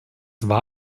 war